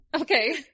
Okay